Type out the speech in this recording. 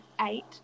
eight